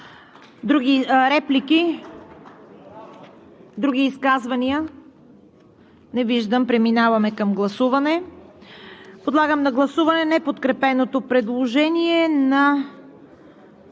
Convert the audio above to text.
Реплики? Други изказвания? Не виждам. Преминаваме към гласуване. Подлагам на гласуване неподкрепеното предложение на